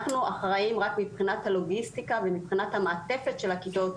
אנחנו אחראים רק מבחינת הלוגיסטיקה ומבחינת המעטפת של הכיתות,